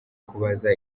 kubaza